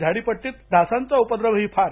झाडीपट्टीत डासांचा उपद्रव फार